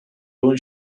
yoğun